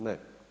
Ne.